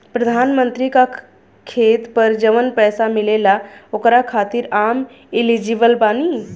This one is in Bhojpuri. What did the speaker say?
प्रधानमंत्री का खेत पर जवन पैसा मिलेगा ओकरा खातिन आम एलिजिबल बानी?